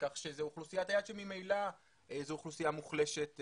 כך שזו אוכלוסיית היעד שממילא זו אוכלוסייה מוחלשת,